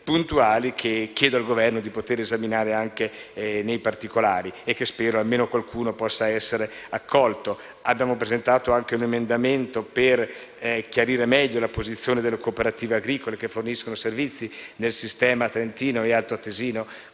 puntuali che chiedo al Governo di poter esaminare anche nei particolari, sperando che almeno qualcuno possa essere accolto. Abbiamo presentato anche un emendamento per chiarire meglio la posizione delle cooperative agricole che forniscono servizi nel sistema trentino e altoatesino